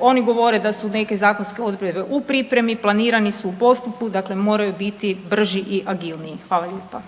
oni govore da su neke zakonske odredbe u pripremi, planirani su u postupku dakle, moraju biti brži i agilniji. Hvala lijepa.